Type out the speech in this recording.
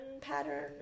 pattern